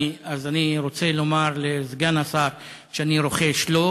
אז אני רוצה לומר לסגן השר שאני רוחש לו,